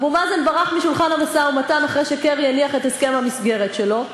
אבו מאזן ברח משולחן המשא-ומתן אחרי שקרי הניח את הסכם המסגרת שלו,